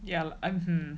yeah I'm from